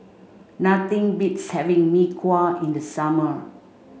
nothing beats having Mee Kuah in the summer